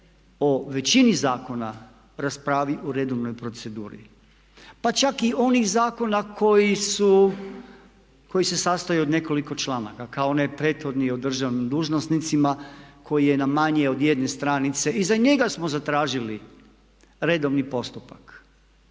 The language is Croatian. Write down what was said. o većini zakona raspravi u redovnoj proceduri, pa čak i onih zakona koji se sastoje od nekoliko članaka kao onaj prethodni o državnim dužnosnicima koji je na manje od jedne stranice. I za njega smo zatražili redovni postupak.